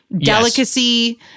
delicacy